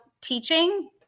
teaching